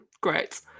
great